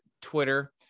twitter